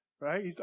Right